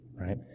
Right